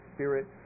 Spirit